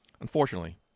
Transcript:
Unfortunately